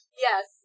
Yes